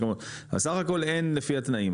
אז סך הכל אין לפי התנאים,